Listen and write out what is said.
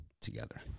together